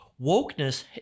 Wokeness